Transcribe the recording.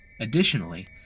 Additionally